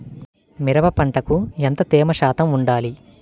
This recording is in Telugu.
మిరప పంటకు ఎంత తేమ శాతం వుండాలి?